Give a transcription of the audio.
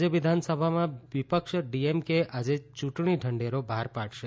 રાજય વિધાનસભામાં વિપક્ષ ડીએમકે આજે યુંટણી ઢંઢેરો બહાર પાડશે